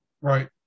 Right